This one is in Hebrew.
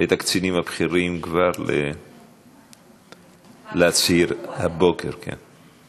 את הקצינים הבכירים כבר להצהיר, הבוקר, כן.